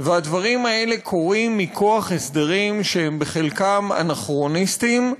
והדברים האלה קורים מכוח הסדרים שהם בחלקם אנכרוניסטיים,